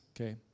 okay